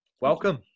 Welcome